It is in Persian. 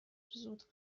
زود